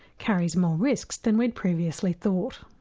carries more risks than we'd previously thought.